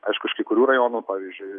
aiškų iš kai kurių rajonų pavyzdžiui